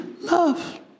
love